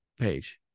page